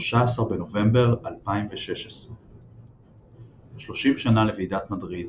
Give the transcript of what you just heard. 13 בנובמבר 2016 30 שנה לוועידת מדריד,